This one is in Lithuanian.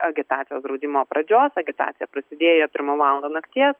agitacijos draudimo pradžios agitacija prasidėjo pirmą valandą nakties